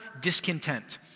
discontent